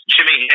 Jimmy